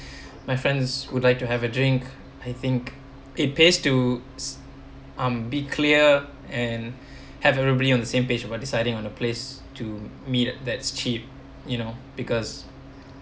my friends would like to have a drink I think it pays to um be clear and have everybody on the same page about deciding on a place to meet that's cheap you know because